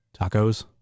Tacos